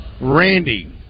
randy